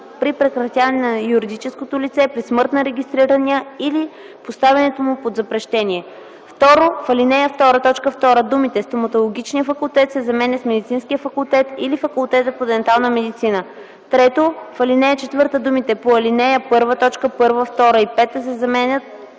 при прекратяване на юридическото лице, при смърт на регистрирания или поставянето му под запрещение.” 2. В ал. 2, т. 2 думите „стоматологичния факултет” се заменят с „медицинския факултет или факултета по дентална медицина”. 3. В ал. 4 думите „по ал. 1, т. 1, 2 и 5” се заменят